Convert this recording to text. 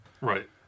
Right